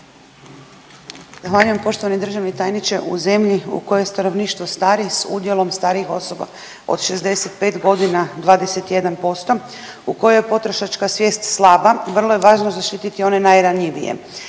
Zahvaljujem. Poštovani državni tajniče u zemlji u kojoj stanovništvo stari s udjelom starijih osoba od 65 godina 21%, u kojoj je potrošačka svijest slaba vrlo je važno zaštiti one najranjivije.